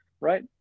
right